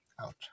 out